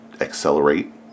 accelerate